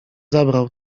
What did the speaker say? zabrał